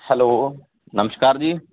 hello ਨਮਸਕਾਰ ਜੀ